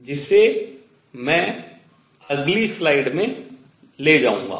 जिसे मैं अगली स्लाइड में ले जाऊंगा